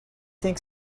think